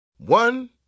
One